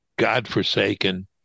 godforsaken